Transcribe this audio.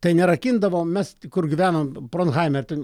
tai nerakindavom mes kur gyvenom pronhame